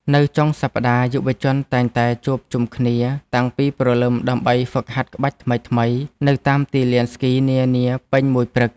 នៅថ្ងៃចុងសប្ដាហ៍ យុវជនតែងតែជួបជុំគ្នាតាំងពីព្រលឹមដើម្បីហ្វឹកហាត់ក្បាច់ថ្មីៗនៅតាមទីលានស្គីនានាពេញមួយព្រឹក។